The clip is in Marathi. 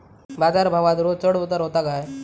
बाजार भावात रोज चढउतार व्हता काय?